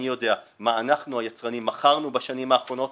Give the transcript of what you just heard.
אני יודע מה אנחנו היצרנים מכרנו בשנים האחרונות,